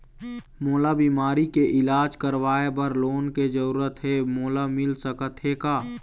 मोला बीमारी के इलाज करवाए बर लोन के जरूरत हे मोला मिल सकत हे का?